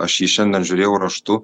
aš jį šiandien žiūrėjau raštu